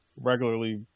regularly